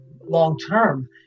long-term